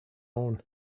own